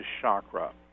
chakra